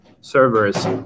servers